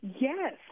yes